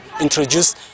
introduce